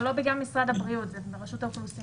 זה לא בגלל משרד הבריאות, זה רשות האוכלוסין.